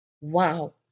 wow